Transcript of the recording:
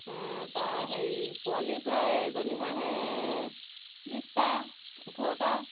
তাৰ হেৰি পোৱালি প্ৰায় এজনী হাঁহে বিছটা ওঠৰটা